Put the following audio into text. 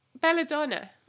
belladonna